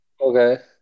Okay